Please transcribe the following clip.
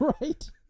right